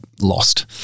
lost